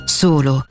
solo